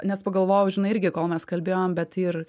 nes pagalvojau žinai irgi kol mes kalbėjom bet ir